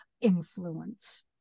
influence